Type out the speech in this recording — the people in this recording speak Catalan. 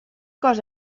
cos